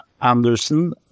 Anderson